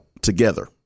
together